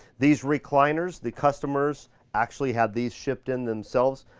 these recliners, the customers actually had these shipped in themselves.